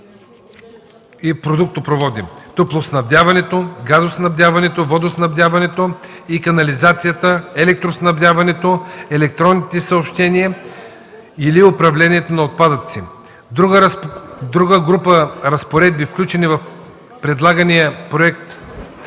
топлоснабдяването, газоснабдяването, водоснабдяването и канализацията, електроснабдяването, електронните съобщения или управлението на отпадъци. Друга група разпоредби, включени в предлагания проект